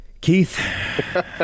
Keith